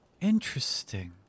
Interesting